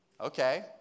Okay